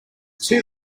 two